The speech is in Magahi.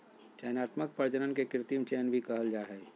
चयनात्मक प्रजनन के कृत्रिम चयन भी कहल जा हइ